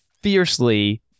fiercely